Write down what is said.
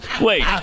wait